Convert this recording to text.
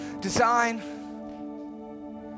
design